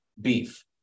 beef